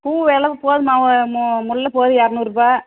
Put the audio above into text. பூ விலபோதும்மா மு முல்லை போகுது இரநூறுவா